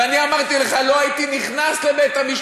ואני אמרתי לך: לא הייתי נכנס לבית-המשפט